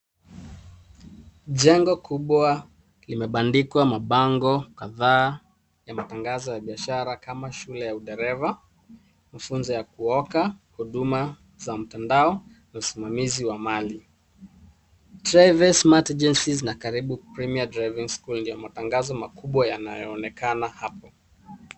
Jengo kubwa limebandikwa mabango kadhaa ya matangazo ya biashara kama shule ya udereva, mafunzo ya kuoka, huduma za mtandao, msimamizi wa mali. Trives Smart Agencies na karibu premier driving school ndio matangazo kubwa yanayoonekana hapo.